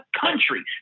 country